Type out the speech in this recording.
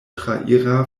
traira